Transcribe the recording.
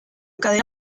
cadena